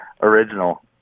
original